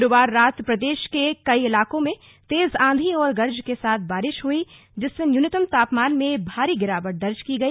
गुरुवार रात प्रदेश के कई इलाको में तेज आंधी और गर्ज के साथ बारिश हई जिससे न्यूनतम तापमान में भारी गिरावट दर्ज की गई